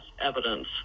evidence